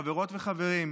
חברות וחברים,